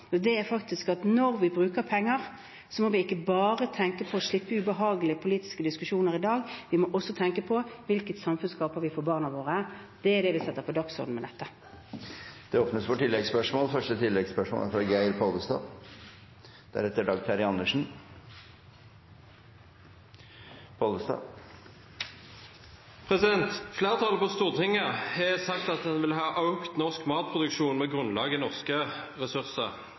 er faktisk at når vi bruker penger, må vi ikke bare tenke på å slippe ubehagelige politiske diskusjoner i dag, vi må også tenke på hvilket samfunn vi skaper for barna våre. Det er det vi setter på dagsordenen med dette. Det åpnes for oppfølgingsspørsmål – først Geir Pollestad. Flertallet på Stortinget har sagt at en vil ha økt norsk matproduksjon med grunnlag i norske ressurser.